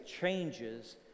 changes